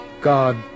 God